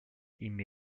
ими